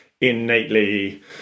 innately